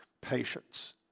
patience